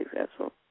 successful